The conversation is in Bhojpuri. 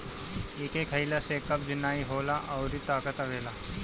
एके खइला से कब्ज नाइ होला अउरी ताकत आवेला